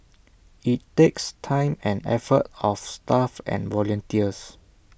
IT takes time and effort of staff and volunteers